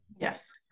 Yes